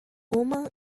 woman